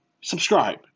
Subscribe